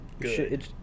good